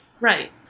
Right